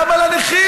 למה לא לנכים?